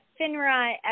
FINRA